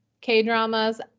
K-dramas